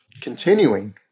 continuing